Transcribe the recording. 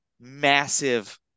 massive